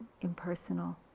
impersonal